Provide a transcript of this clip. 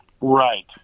right